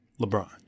LeBron